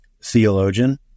theologian